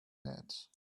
net